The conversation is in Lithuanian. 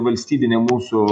valstybinė mūsų